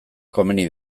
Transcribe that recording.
komeni